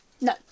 No